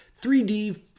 3D